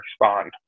respond